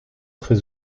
très